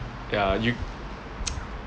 ya you